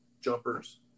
jumpers